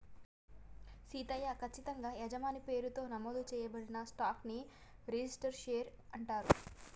సీతయ్య, కచ్చితంగా యజమాని పేరుతో నమోదు చేయబడిన స్టాక్ ని రిజిస్టరు షేర్ అంటారు